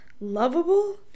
Lovable